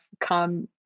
come